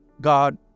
God